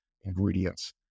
ingredients